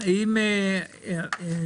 אני מבקש לדעת,